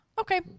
okay